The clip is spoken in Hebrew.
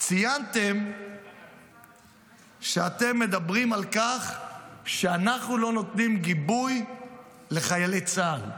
ציינתם שאתם מדברים על כך שאנחנו לא נותנים גיבוי לחיילי צה"ל,